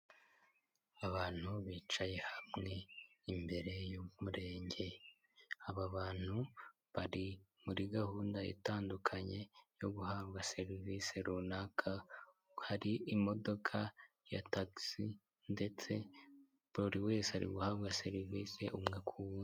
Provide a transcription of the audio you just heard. Abantu bicaye hamwe imbere y'umurenge, aba bantu bari muri gahunda itandukanye yo guhabwa serivise runaka, hari imodoka ya taxi ndetse buri wese ari guhabwa serivise umwe ku wundi.